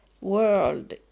world